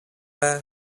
may